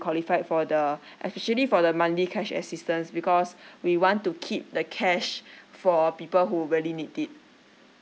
qualified for the officially for the monthly cash assistance because we want to keep the cash for people who really need it